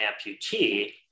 amputee